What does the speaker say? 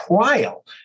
trial